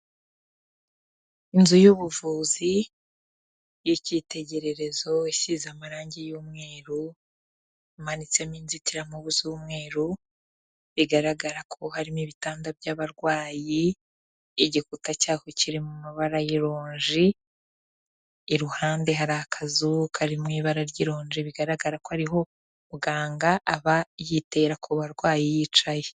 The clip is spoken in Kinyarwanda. Inzu y'ubuvuzi y'icyitegererezo, isize amarangi y'umweru, imanitsemo inzitiramubu z'umweru, bigaragara ko harimo ibitanda by'abarwayi, igikuta cyaho kiri mu mabara y'ironji, iruhande hari akazu kari mu ibara ry'ironji bigaragara ko ariho muganga aba yitera ku barwayi yicaye.